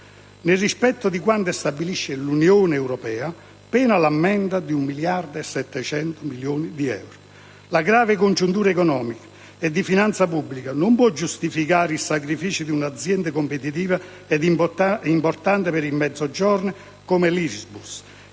nel rispetto di quanto stabilisce l'Unione europea, pena l'ammenda di un miliardo e 700 milioni di euro. La grave congiuntura economica e di finanza pubblica non può giustificare il sacrificio di un'azienda competitiva e importante per il Mezzogiorno come l'Irisbus